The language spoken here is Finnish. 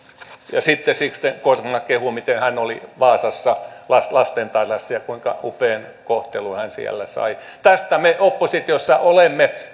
ja sitten sixten korkman kehuu miten hän oli vaasassa lastentarhassa ja kuinka upean kohtelun hän siellä sai tästä me oppositiossa olemme